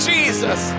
Jesus